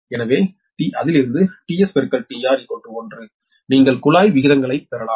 எனவே அதிலிருந்து 𝒕𝑺∗𝒕𝑹1 நீங்கள் குழாய் விகிதங்களைப் பெறலாம்